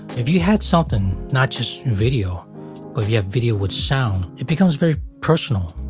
if you had something, not just video, but if you have video with sound it becomes very personal.